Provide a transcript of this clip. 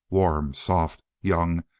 warm, soft, young,